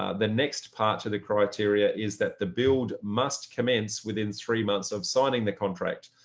ah the next part of the criteria is that the build must commence within three months of signing the contract.